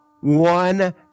one